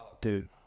Dude